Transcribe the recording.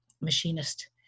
machinist